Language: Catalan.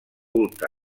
culte